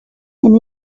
and